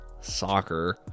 soccer